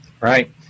Right